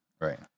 Right